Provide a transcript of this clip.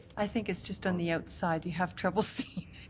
i think it's just on the outside, you have trouble seeing